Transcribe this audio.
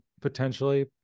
potentially